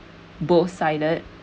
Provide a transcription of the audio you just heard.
both sided